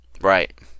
Right